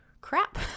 crap